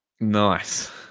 Nice